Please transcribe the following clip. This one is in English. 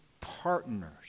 partners